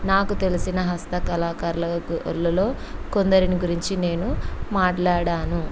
నాకు తెలిసిన హస్త కళాకారుల గులలో కొందరిని గురించి నేను మాట్లాడాను